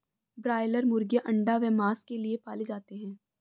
broiler मुर्गीयां अंडा व मांस के लिए पाले जाते हैं